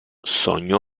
sogno